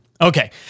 Okay